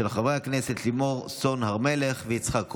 של חברי הכנסת לימור סון הר מלך ויצחק קרויזר.